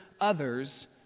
others